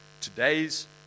Today's